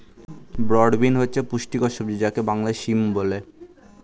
broad bean হচ্ছে পুষ্টিকর সবজি যাকে বাংলায় সিম বলে